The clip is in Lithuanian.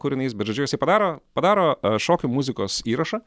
kūrinys bet žodžiu jisai padaro padaro šokių muzikos įrašą